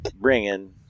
bringing